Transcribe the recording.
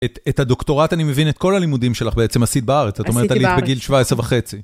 את הדוקטורט אני מבין, את כל הלימודים שלך בעצם עשית בארץ. עשיתי בארץ. זאת אומרת, עלית בגיל 17 וחצי.